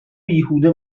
بیهوده